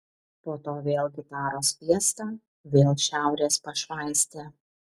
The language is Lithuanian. po to vėl gitaros fiesta vėl šiaurės pašvaistė